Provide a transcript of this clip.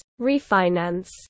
refinance